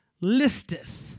listeth